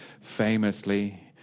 famously